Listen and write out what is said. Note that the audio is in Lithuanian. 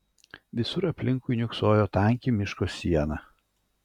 visur aplinkui niūksojo tanki miško siena